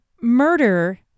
murder